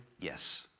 Yes